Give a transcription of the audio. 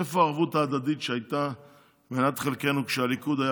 איפה הערבות ההדדית שהייתה מנת חלקנו כשהליכוד היה